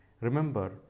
Remember